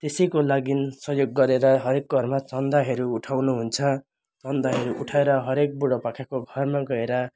त्यसैको लागि सहयोग गरेर हरएकको घरमा चन्दाहरू उठाउनु हुन्छ चन्दाहरू उठाएर हरएक बुढापाकाको घरमा गएर